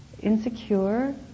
insecure